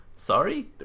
sorry